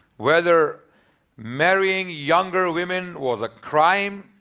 whether marrying younger women was a crime.